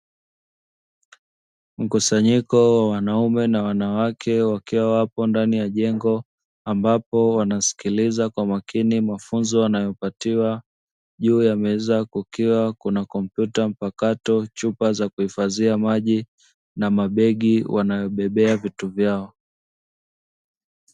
Mkusanyiko wa wanaume na wanawake wakiwa wapo ndani ya jengo ambapo wanasikiliza kwa makini mafunzo wanayopatiwa. Juu ya meza kukiwa na kompyuta mpakato, chupa za kuhifadhia maji na mabegi wanayobebea vitu vyao.